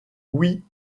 oui